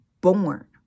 born